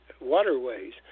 waterways